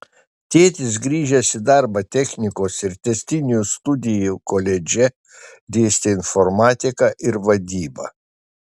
tėtis grįžęs į darbą technikos ir tęstinių studijų koledže dėstė informatiką ir vadybą